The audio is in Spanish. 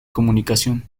comunicación